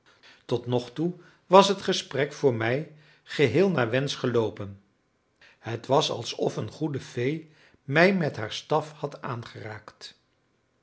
tot nogtoe was het gesprek voor mij geheel naar wensch geloopen het was alsof een goede fee mij met haar staf had aangeraakt